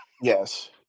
Yes